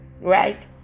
right